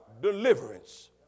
deliverance